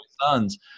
sons